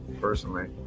personally